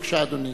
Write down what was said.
בבקשה, אדוני.